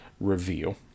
reveal